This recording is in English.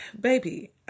baby